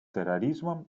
терроризмом